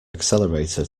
accelerator